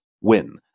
win